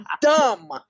dumb